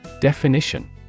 Definition